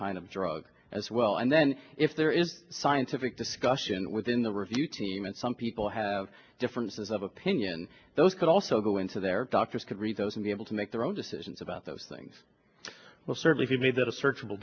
kind of drug as well and then if there is scientific discussion within the review team and some people have differences of opinion those could also go into their doctors could read those in the able to make their own decisions about those things well certainly could be that a search